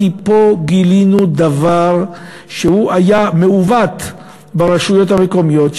גילינו פה דבר שהיה מעוות ברשויות המקומיות,